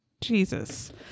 Jesus